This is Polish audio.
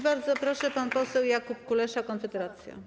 Bardzo proszę, pan poseł Jakub Kulesza, Konfederacja.